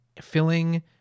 filling